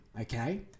okay